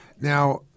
Now